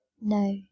no